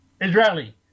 Israeli